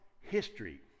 history